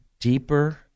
deeper